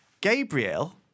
Gabriel